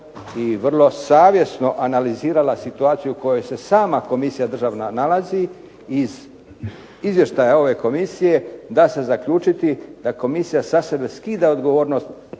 i vrlo savjesno analizirala situaciju u kojoj se sama komisija državna nalazi. Iz izvještaja ove komisije da se zaključiti da komisija sa sebe skida odgovornost